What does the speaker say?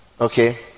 okay